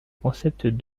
concept